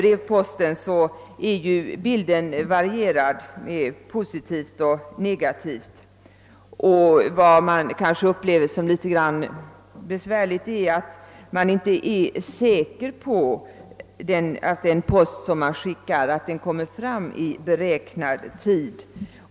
Beträffande denna växlar bilden; ibland kommer positiva och ibland negativa erfarenheter till uttryck. Det är besvärligt att inte kunna vara säker på att den post man skickar kommer fram i beräknad tid.